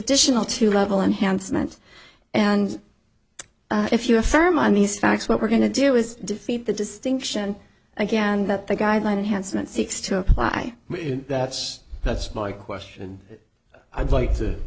additional two level enhancement and if you are firm on these facts what we're going to do is defeat the distinction again that the guideline unhandsome and seeks to apply that that's my question i'd like to